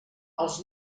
els